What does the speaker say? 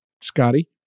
Scotty